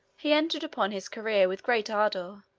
he entered upon his career with great ardor,